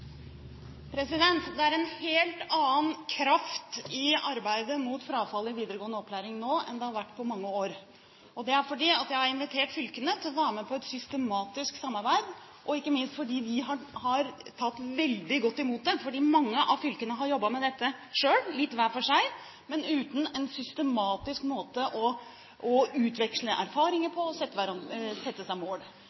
arbeidet mot frafallet i videregående opplæring enn det har vært på mange år, og det er fordi jeg har invitert fylkene til å være med på et systematisk samarbeid, ikke minst fordi de har tatt veldig godt imot det, fordi mange av fylkene har jobbet med dette selv – litt hver for seg – men uten en systematisk måte å utveksle erfaringer